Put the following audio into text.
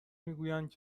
میگویند